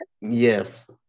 Yes